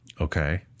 Okay